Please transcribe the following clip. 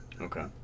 Okay